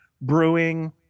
brewing